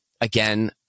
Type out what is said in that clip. again